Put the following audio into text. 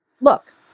Look